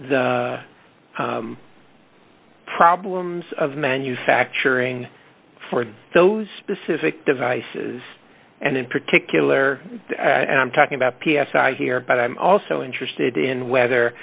the problems of manufacturing for those specific devices and in particular and i'm talking about p s i here but i'm also interested in whether